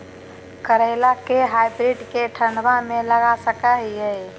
करेला के हाइब्रिड के ठंडवा मे लगा सकय हैय?